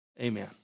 Amen